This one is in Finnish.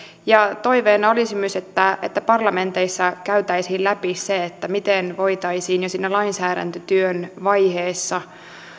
ja toiveena olisi myös että parlamenteissa käytäisiin läpi se miten voitaisiin jo siinä lainsäädäntötyön vaiheessa